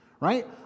right